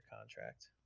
contract